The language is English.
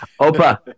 Opa